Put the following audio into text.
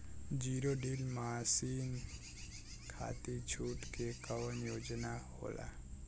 Zero till machine खाती छूट के कवन योजना होला?